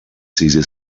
cesar